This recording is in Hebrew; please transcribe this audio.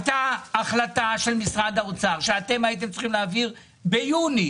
הייתם צריכים להעביר 630 מיליון ביוני.